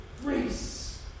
grace